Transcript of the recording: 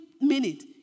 minute